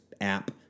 app